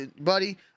buddy